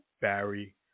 barry